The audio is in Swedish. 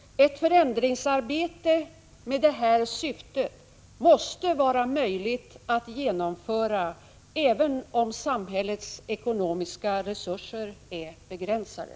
Ett förändringsarbete med detta syfte måste vara möjligt att genomföra även om samhällets ekonomiska resurser är begränsade.